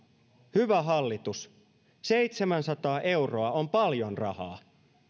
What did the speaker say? hyvä hallitus seitsemänsataa euroa on paljon rahaa